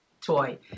toy